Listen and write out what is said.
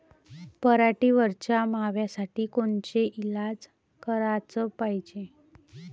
पराटीवरच्या माव्यासाठी कोनचे इलाज कराच पायजे?